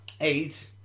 Eight